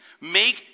Make